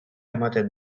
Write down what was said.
ematen